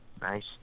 Nice